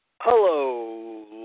Hello